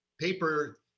paper